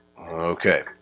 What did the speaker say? Okay